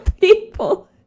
people